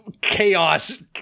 chaos